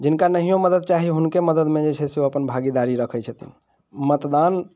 जिनका नहिओ मदद चाही हुनके मददमे जे छै से ओ अपन भागेदारी रखैत छथिन मतदान